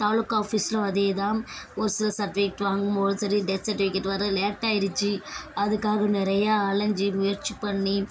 தாலுக்கா ஆஃபீஸ்லுயும் அதே தான் ஒரு சில சட்டிவிகேட் வாங்கும் போதும் சரி டெத் சட்டிவிகேட் வர லேட் ஆயிருச்சு அதுக்காக நிறையா அலைஞ்சி முயற்சி பண்ணி